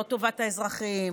לא טובת האזרחים,